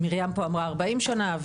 מרים פה אמרה ארבעים שנה,